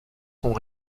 sont